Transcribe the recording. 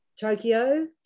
Tokyo